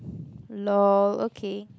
lol okay